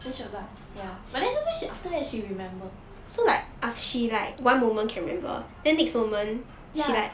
then she was like ya but then sometimes after that she remember ya